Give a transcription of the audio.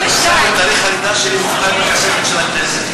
22. תאריך הלידה שלי בכספת של הכנסת.